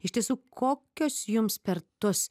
iš tiesų kokios jums per tuos